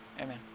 Amen